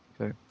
Okay